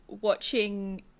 watching